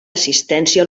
assistència